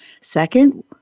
Second